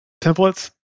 templates